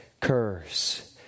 curse